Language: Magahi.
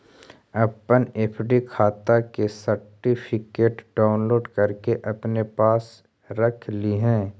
अपन एफ.डी खाता के सर्टिफिकेट डाउनलोड करके अपने पास रख लिहें